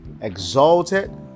exalted